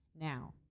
Now